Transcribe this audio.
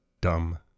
dumb